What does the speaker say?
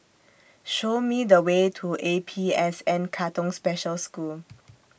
Show Me The Way to A P S N Katong Special School